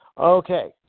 Okay